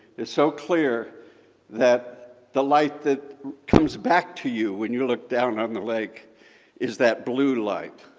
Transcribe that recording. is so clear that the light that comes back to you when you look down on the lake is that blue light.